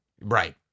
Right